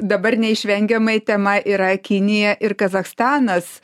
dabar neišvengiamai tema yra kinija ir kazachstanas